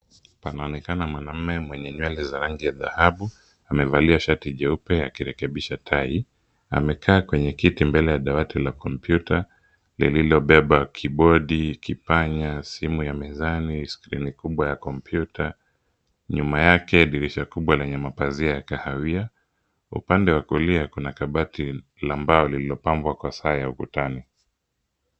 Panaonekana mwanamume mwenye nywele za rangi ya dhahabu amevalia shati jeupe akirekebisha tai amekaa kwenye kiti mbele ya dawati la komputa lililobeba kibodi ,kipanya ,simu ya mezani ,skrini kubwa ya komputa. Nyuma yake dirisha kubwa lenye mapazia ya kahawia ,upande wa kulia kuna kabati la mbao lillilopabwa kwa saa ya ukutani.